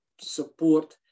support